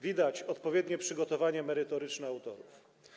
Widać odpowiednie przygotowanie merytoryczne autorów.